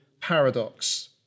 paradox